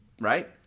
Right